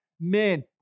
men